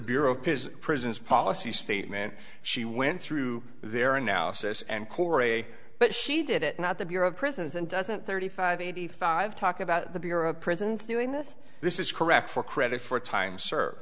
prisons prisons policy statement she went through their analysis and core a but she did it not the bureau of prisons and doesn't thirty five eighty five talk about the bureau of prisons doing this this is correct for credit for time s